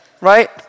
right